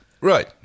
Right